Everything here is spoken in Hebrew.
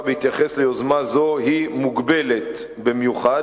בהתייחס ליוזמה זו היא מוגבלת במיוחד,